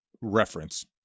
reference